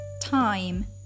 Time